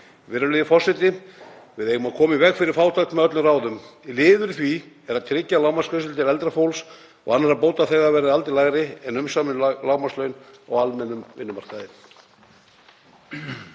Virðulegi forseti. Við eigum að koma í veg fyrir fátækt með öllum ráðum. Liður í því er að tryggja að lágmarksgreiðsla til eldra fólks og annarra bótaþega verði aldrei lægri en umsamin lágmarkslaun á almennum vinnumarkaði.